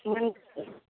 नों